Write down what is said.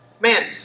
Man